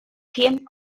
team